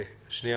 שנייה